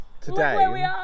today